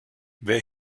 wer